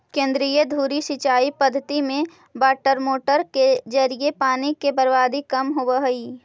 केंद्रीय धुरी सिंचाई पद्धति में वाटरमोटर के जरिए पानी के बर्बादी कम होवऽ हइ